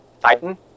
Titan